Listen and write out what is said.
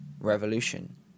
Revolution